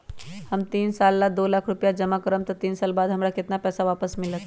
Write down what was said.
हम तीन साल ला दो लाख रूपैया जमा करम त तीन साल बाद हमरा केतना पैसा वापस मिलत?